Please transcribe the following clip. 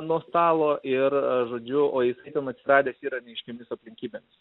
nuo stalo ir žodžiu o jisai ten atsiradęs yra neaiškiomis aplinkybėmis